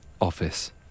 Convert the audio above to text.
Office